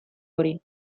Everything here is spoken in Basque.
hori